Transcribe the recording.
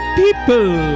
people